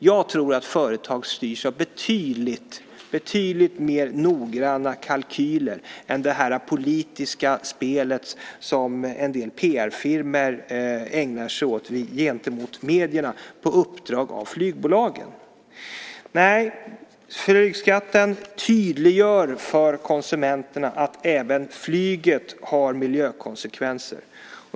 Jag tror att företag styrs av betydligt mer noggranna kalkyler än det politiska spel som en del PR-firmor ägnar sig åt gentemot medierna på uppdrag av flygbolagen. Nej, flygskatten tydliggör för konsumenterna att även flyget har miljökonsekvenser.